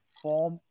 form